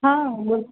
હા બોલ